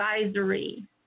Advisory